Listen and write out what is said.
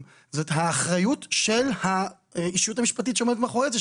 זאת האחריות של האישיות המשפטית שעומדת מאחורי זה,